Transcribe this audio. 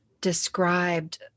described